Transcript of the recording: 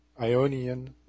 Ionian